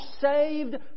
saved